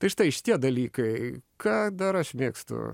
tai štai šitie dalykai ką dar aš mėgstu